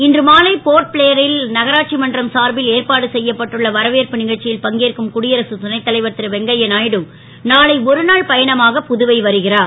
இன்று மாலை போர்ட் பிளேரில் நகராட்சி மன்றம் சார்பில் ஏற்பாடு செ யப்பட்டுள்ள வரவேற்பு க ச்சி ல் பங்கேற்கும் குடியரசு துணைத் தலைவர் ரு வெங்கையநாயுடு நாளை ஒரு நாள் பயணமாக புதுவை வருகிறார்